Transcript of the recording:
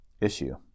issue